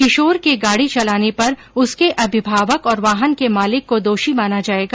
किशोर के गाड़ी चलाने पर उसके अभिभावक और वाहन के मालिक को दोषी माना जाएगा